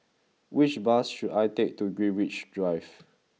which bus should I take to Greenwich Drive